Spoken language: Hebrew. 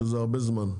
שזה הרבה זמן,